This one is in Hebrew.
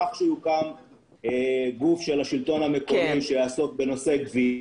אני אומר שזה מבורך שהוקם גוף של השלטון המקומי שיעסוק בנושא גבייה.